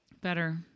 Better